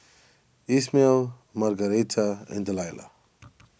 Ismael Margaretta and Delilah